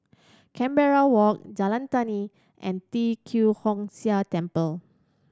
Canberra Walk Jalan Tani and Tee Kwee Hood Sia Temple